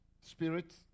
spirit